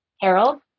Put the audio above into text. Harold